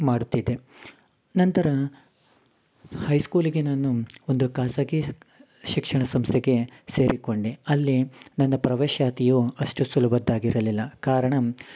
ಮಾಡುತಿದ್ದೆ ನಂತರ ಹೈ ಸ್ಕೂಲಿಗೆ ನಾನು ಒಂದು ಖಾಸಗಿ ಶಿಕ್ಷಣ ಸಂಸ್ಥೆಗೆ ಸೇರಿಕೊಂಡೆ ಅಲ್ಲಿ ನನ್ನ ಪ್ರವೇಶಾತಿಯು ಅಷ್ಟು ಸುಲಭದ್ದಾಗಿರಲಿಲ್ಲ ಕಾರಣ